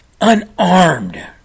Unarmed